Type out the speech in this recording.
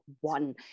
one